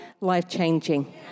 life-changing